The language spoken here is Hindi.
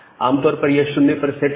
आमतौर पर यह 0 पर सेट होता है